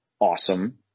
Awesome